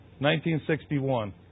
1961